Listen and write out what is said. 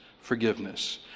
forgiveness